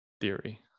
theory